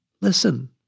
listen